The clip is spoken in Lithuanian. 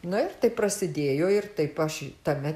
nu ir taip prasidėjo ir taip aš tame